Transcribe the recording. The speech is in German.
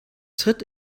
tritt